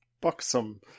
buxom